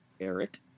Eric